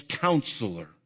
counselor